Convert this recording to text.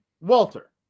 Walter